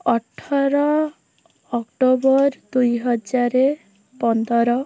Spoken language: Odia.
ଅଠର ଅକ୍ଟୋବର ଦୁଇହଜାର ପନ୍ଦର